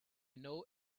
know